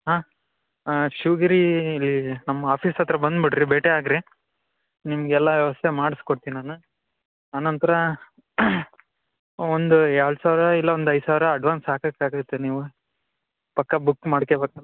ಹಾಂ ಶಿವಗಿರಿ ಇಲ್ಲಿ ನಮ್ಮ ಆಫೀಸ್ ಹತ್ತಿರ ಬಂದ್ಬಿಡ್ರಿ ಭೇಟಿಯಾಗ್ರಿ ನಿಮ್ಗೆ ಎಲ್ಲ ವ್ಯವಸ್ಥೆ ಮಾಡ್ಸಿ ಕೊಡ್ತೀನಿ ನಾನು ಆ ನಂತರ ಒಂದು ಎರಡು ಸಾವಿರ ಇಲ್ಲ ಒಂದು ಐದು ಸಾವಿರ ಅಡ್ವಾನ್ಸ್ ಹಾಕೋಕ್ಕಾಗತ್ತೆ ನೀವು ಪಕ್ಕಾ ಬುಕ್ ಮಾಡ್ಕಬೇಕು